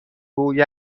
بوی